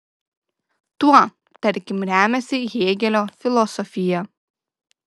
tuo tarkim remiasi hėgelio filosofija